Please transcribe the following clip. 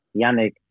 Yannick